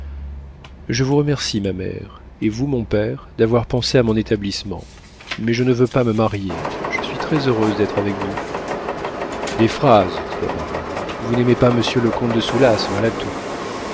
je vous remercie ma mère et vous mon père d'avoir pensé à mon établissement mais je ne veux pas me marier je suis très-heureuse d'être avec vous des phrases dit la baronne vous n'aimez pas monsieur le comte de soulas voilà tout